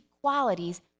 qualities